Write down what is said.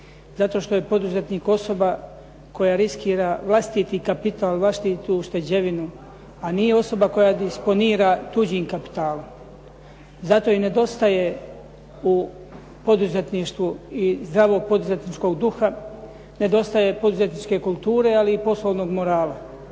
Zato što je poduzetnik osoba koja riskira vlastiti kapital, vlastitu ušteđevinu, a nije osoba koja disponira tuđim kapitalom. Zato i nedostaje u poduzetništvu i zdravog poduzetničkog duha, nedostaje poduzetničke kulture, ali i poslovnog morala.